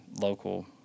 local